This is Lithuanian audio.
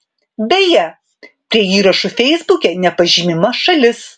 beje prie įrašų feisbuke nepažymima šalis